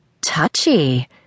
Touchy